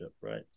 right